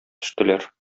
төштеләр